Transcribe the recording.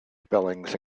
spellings